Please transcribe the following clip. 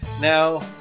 Now